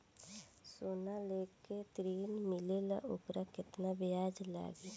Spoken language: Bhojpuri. सोना लेके ऋण मिलेला वोकर केतना ब्याज लागी?